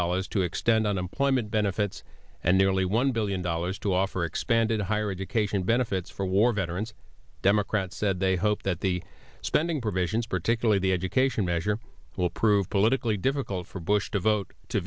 dollars to extend unemployment benefits and nearly one billion dollars to offer expanded higher education benefits for war veterans democrats said they hope that the spending provisions particularly the education measure will prove politically difficult for bush to vote to